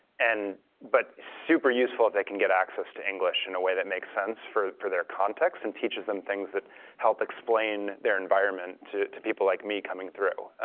and but super useful if they can get access to english in a way that makes sense for for their context and teaches them things that help explain in their environment to to people like me coming through.